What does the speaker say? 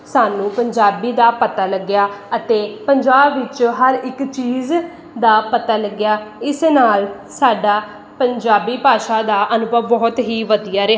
ਸਾਨੂੰ ਪੰਜਾਬੀ ਦਾ ਪਤਾ ਲੱਗਿਆ ਅਤੇ ਪੰਜਾਬ ਵਿੱਚ ਹਰ ਇੱਕ ਚੀਜ਼ ਦਾ ਪਤਾ ਲੱਗਿਆ ਇਸ ਨਾਲ ਸਾਡਾ ਪੰਜਾਬੀ ਭਾਸ਼ਾ ਦਾ ਅਨੁਭਵ ਬਹੁਤ ਹੀ ਵਧੀਆ ਰਿ